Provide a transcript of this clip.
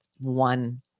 one